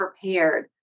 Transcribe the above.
prepared